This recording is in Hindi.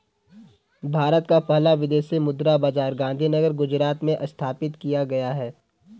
भारत का पहला विदेशी मुद्रा बाजार गांधीनगर गुजरात में स्थापित किया गया है